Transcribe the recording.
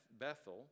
Bethel